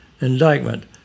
indictment